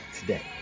today